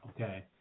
Okay